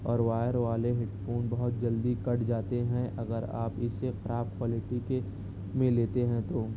اور وائر والے headphone بہت جلدی کٹ جاتے ہیں اگر آپ اسے خراب کوالٹی کے میں لیتے ہیں تو